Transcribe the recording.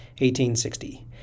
1860